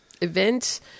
event